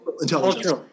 intelligence